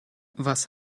was